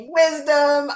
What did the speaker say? wisdom